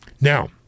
Now